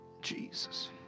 Jesus